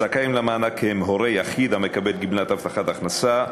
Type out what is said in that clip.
הזכאים למענק הם הורה יחיד המקבל גמלת הבטחת הכנסה,